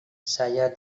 saya